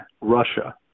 Russia